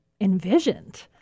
envisioned